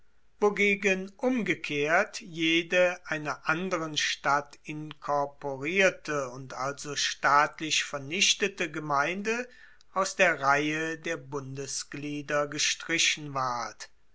wogegen umgekehrt jede einer anderen stadt inkorporierte und also staatlich vernichtete gemeinde aus der reihe der bundesglieder gestrichen ward